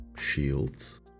Shields